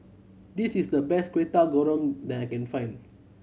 this is the best Kwetiau Goreng that I can find